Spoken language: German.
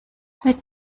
mit